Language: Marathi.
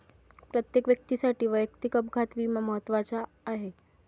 प्रत्येक व्यक्तीसाठी वैयक्तिक अपघात विमा महत्त्वाचा आहे